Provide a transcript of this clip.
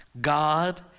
God